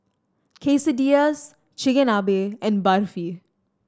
Quesadillas Chigenabe and Barfi